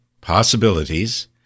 possibilities